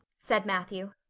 said matthew.